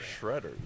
shredders